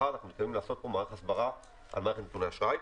מתכוונים לעשות מערך הסברה על נתוני האשראי.